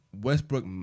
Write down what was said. Westbrook